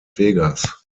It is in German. vegas